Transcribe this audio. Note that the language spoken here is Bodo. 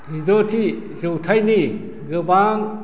जिद'थि जौथाइनि गोबां